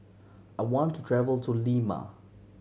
I want to travel to Lima